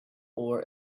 over